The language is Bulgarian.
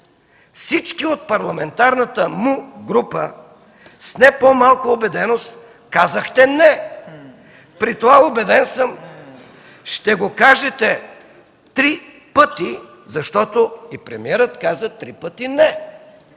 всички от парламентарната му група с не по-малка убеденост казахте – „не”, при това, убеден съм, ще го кажете три пъти, защото и премиерът каза три пъти „не”.